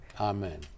Amen